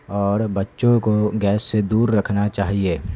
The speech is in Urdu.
اور بچوں کو گیس سے دور رکھنا چاہیے